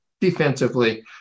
defensively